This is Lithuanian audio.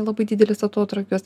labai didelis atotrūkis